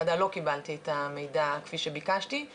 יש פרטי מידע שלא קיבלנו וביקשנו לקבל.